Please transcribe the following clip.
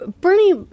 Bernie